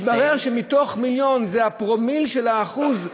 מתברר שמתוך מיליון זה הפרומיל של האחוז,